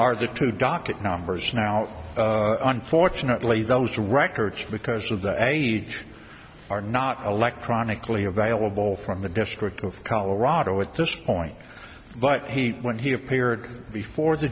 are the two docket numbers now unfortunately those records because of the age are not electronically available from the district of colorado at this point but when he appeared before the